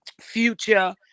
Future